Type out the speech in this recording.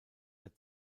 der